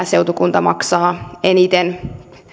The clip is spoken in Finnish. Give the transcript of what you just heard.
seutukunta maksaa eniten